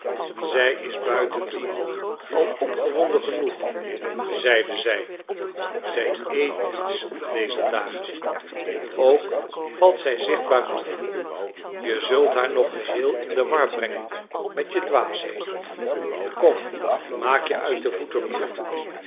zij is buitendien al opgewonden genoeg zeide zij zij eet niets dezer dagen ook valt zij zichtbaar af je zult haar nog geheel in de war brengen met je dwaasheden kom maak je uit de voeten mijn jongen